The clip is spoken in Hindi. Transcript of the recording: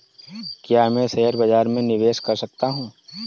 क्या मैं शेयर बाज़ार में निवेश कर सकता हूँ?